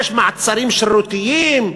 יש מעצרים שרירותיים,